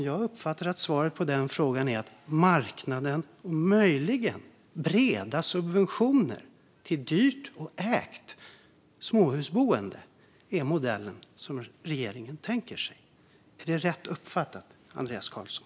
Jag uppfattar att svaret på den frågan är att marknaden och möjligen breda subventioner till dyrt och ägt småhusboende är modellen som regeringen tänker sig, fru talman. Är detta rätt uppfattat, Andreas Carlson?